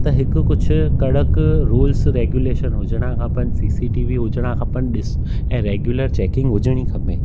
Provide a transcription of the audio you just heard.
त हिकु कुझु कड़क रूल्स रैगुलेशन हुजिणा खपनि सी सी टी वी हुजिणा खपनि ॾिस ऐं रैगुलर चैकिंग हुजिणी खपे